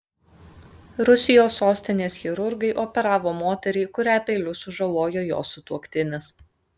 rusijos sostinės chirurgai operavo moterį kurią peiliu sužalojo jos sutuoktinis